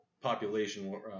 population